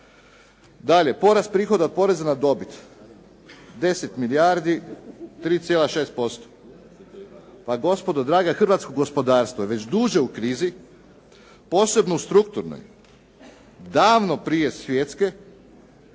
Dalje, poraz prihoda od poreza na dobit, 10 milijardi 3,6%. Pa gospodo draga hrvatsko gospodarstvo je već duže u krizi, posebno u strukturnoj, davno prije svjetske